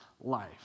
life